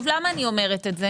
למה אני אומרת את זה